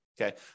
okay